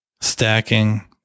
stacking